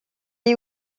est